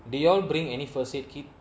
did you all bring any first aid kit